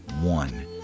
One